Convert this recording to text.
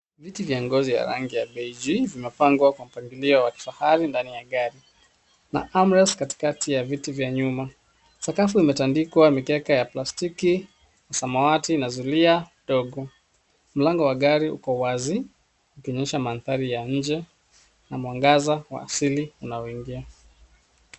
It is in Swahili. Viti vya ngozi ya rangi ya beige vimepangwa kwa mpangilio wa kifahari ndani ya gari na armrest kati ya viti vya nyuma. Sakafu imetandikwa mikeka ya plastiki, samawati na zulia ndogo. Mlango wa gari uko wazi ukionyesha mandhari ya nje na mwangaza wa asili unaoingia.